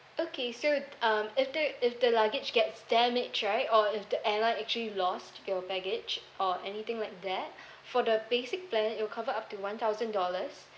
okay so um if the if the luggage gets damaged right or if the airline actually lost your baggage or anything like that for the basic plan it will cover up to one thousand dollars